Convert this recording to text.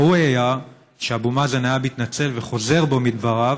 ראוי היה שאבו מאזן היה מתנצל וחוזר בו מדבריו,